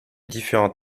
différents